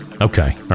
Okay